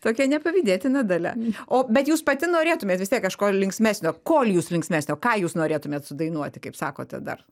tokia nepavydėtina dalia o bet jūs pati norėtumėt vis tiek kažko linksmesnio ko jūs linksmesnio ką jūs norėtumėt sudainuoti kaip sakote dar